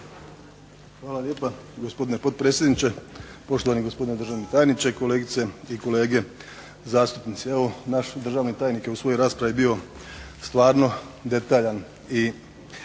Hvala lijepa. Gospodine potpredsjedniče, poštovani gospodine državni tajniče, kolegice i kolege zastupnici. Evo naš državni tajnik je u svojoj raspravi bio stvarno detaljan